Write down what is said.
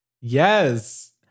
Yes